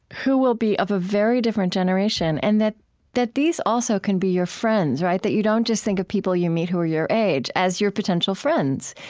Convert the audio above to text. who will be of a very different generation, and that that these also can be your friends that you don't just think of people you meet who are your age as your potential friends.